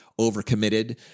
overcommitted